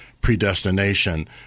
predestination